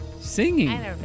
Singing